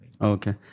Okay